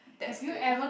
that's good